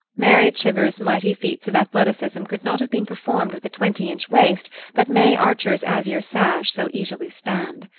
mary chivers's mighty feats of athleticism could not have been performed with the twenty-inch waist that may archer's azure sash so easily spanned.